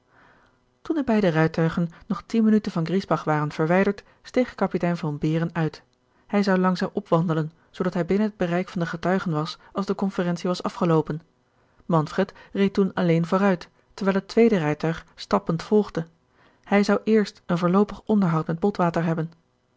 toen de beide rijtuigen nog tien minuten van griesbach waren verwijderd steeg kapitein von behren uit hij zou langzaam opwandelen zoodat hij binnen het bereik van de getuigen was als de conferentie was afgeloopen manfred reed toen alleen vooruit terwijl het tweede rijtuig stappend volgde hij zou eerst een voorloopig onderhoud met botwater hebben